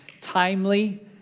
timely